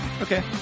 Okay